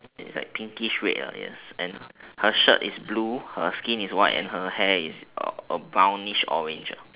is like pinkish red uh yes and her shirt is blue her skin is white and her hair is a a brownish orange ah